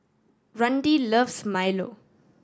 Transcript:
Randi loves milo